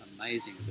amazing